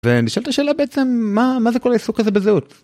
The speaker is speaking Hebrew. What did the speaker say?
ואני שואל את השאלה בעצם מה זה כל העיסוק הזה בזהות?